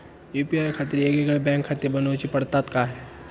UPI खातीर येगयेगळे बँकखाते बनऊची पडतात काय?